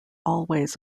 always